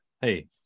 Hey